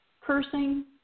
cursing